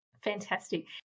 Fantastic